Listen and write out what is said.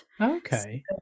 okay